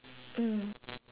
mm